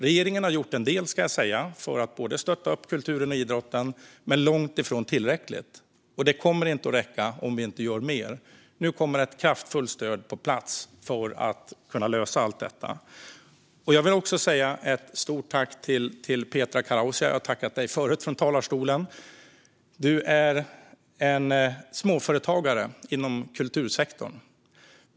Regeringen har gjort en del, ska jag säga, för att stötta både kulturen och idrotten. Men det är långt ifrån tillräckligt. Det kommer inte att räcka om vi inte gör mer, och nu kommer ett kraftfullt stöd på plats för att kunna lösa allt detta. Jag vill också rikta ett stort tack till Petra Kauraisa. Jag har tackat henne förut från talarstolen. Hon är småföretagare inom kultursektorn.